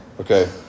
Okay